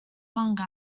fungi